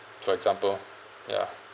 for example ya